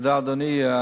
תודה, אדוני.